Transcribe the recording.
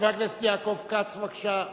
חבר הכנסת יעקב כץ, בבקשה.